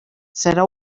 serà